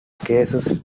cases